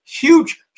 Huge